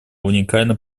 уникальный